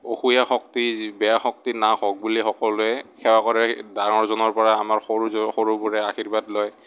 অসূয়া শক্তি বেয়া শক্তি নাশ হওঁক বুলি সকলোৱে সেৱা কৰে ডাঙৰজনৰ পৰা আমাৰ সৰুজ সৰুবোৰে আশীৰ্বাদ লয়